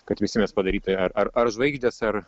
kad visi mes padaryt tai ar ar ar žvaigždės ar